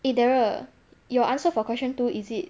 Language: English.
eh darryl your answer for question two is it